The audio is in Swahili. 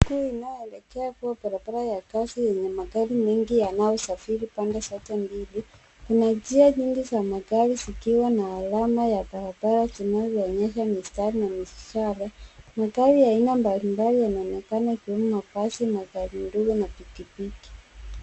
Kuu inayoelekea kuwa barabara ya kasi yenye magari mingi yanayosafiri pande zote mbili kuna njia nyingi za magari zikiwa na alama ya barabara zinazoonyesha mistari na mishale magari ya aina mbali mbali yanaonekana nyuma ya basi na gari ndogo na pikipiki.